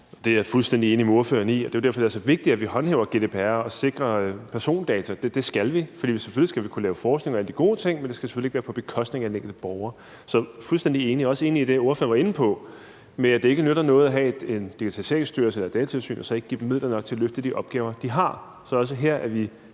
Det er jeg fuldstændig enig med ordføreren i, og det er jo derfor, det er så vigtigt, at vi håndhæver GDPR og sikrer persondata; det skal vi. For selvfølgelig skal vi kunne lave forskning og alle de gode ting, men det skal selvfølgelig ikke være på bekostning af den enkelte borger. Så det er jeg fuldstændig enig i. Jeg er også enig i det, ordføreren var inde på med, at det ikke nytter noget at have Digitaliseringsstyrelsen eller Datatilsynet og så ikke give dem midler nok til at løfte de opgaver, de har. Så også her er vi